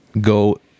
go